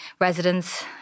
residents